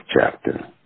chapter